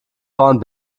vorn